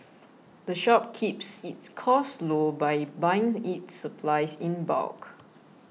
the shop keeps its costs low by buying its supplies in bulk